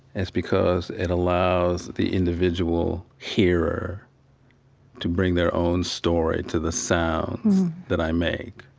is because it allows the individual hearer to bring their own story to the sounds that i make.